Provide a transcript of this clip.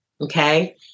Okay